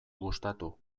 gustatu